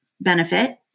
benefit